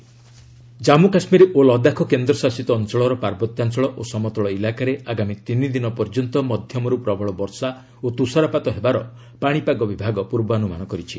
ଓ୍ଜେଦର JK Jammu Kashmir ଓ ଲଦାଖ କେନ୍ଦ୍ରଶାସିତ ଅଞ୍ଚଳର ପାର୍ବତ୍ୟାଞ୍ଚଳ ଓ ସମତଳ ଇଲାକାରେ ଆଗାମୀ ତିନିଦିନ ପର୍ଯ୍ୟନ୍ତ ମଧ୍ୟମରୁ ପ୍ରବଳ ବର୍ଷା ଓ ତୁଷାରପାତ ହେବାର ପାଣିପାଗ ବିଭାଗ ପୂର୍ବାନୁମାନ କରିଛି